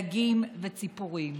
דגים וציפורים.